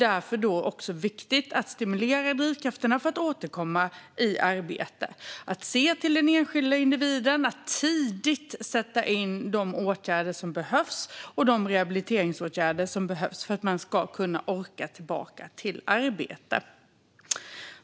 Därför är det viktigt att stimulera drivkrafterna för att återkomma i arbete, att se till den enskilde individen och att tidigt sätta in de rehabiliteringsåtgärder och andra åtgärder som behövs för att man ska orka komma tillbaka i arbete.